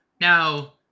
Now